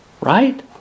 Right